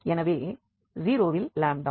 எனவே 0 வில் லாம்டா